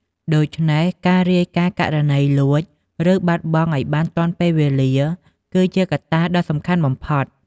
ដូច្នេះ ការរាយការណ៍ករណីលួច ឬបាត់បង់ឲ្យបានទាន់ពេលវេលា គឺជាកត្តាដ៏សំខាន់បំផុត។